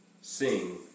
sing